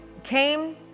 came